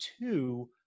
two